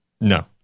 no